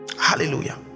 Hallelujah